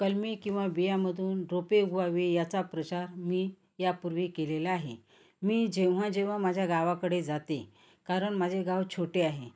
कलमे किंवा बियांमधून रोपे उगवावी याचा प्रचार मी यापूर्वी केलेला आहे मी जेव्हा जेव्हा माझ्या गावाकडे जाते कारण माझे गाव छोटे आहे